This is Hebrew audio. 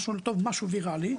זה משהו ויראלי.